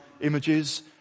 images